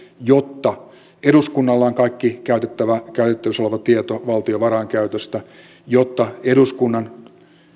jotta eduskunnalla on kaikki käytettävissä oleva tieto valtion varainkäytöstä ja jotta eduskunnan